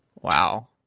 Wow